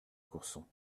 courson